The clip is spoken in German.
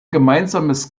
gemeinsames